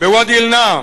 בוואדי-אל-נעם